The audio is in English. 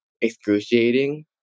excruciating